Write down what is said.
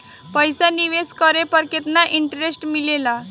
पईसा निवेश करे पर केतना इंटरेस्ट मिलेला?